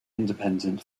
independent